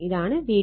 ഇതാണ് VTH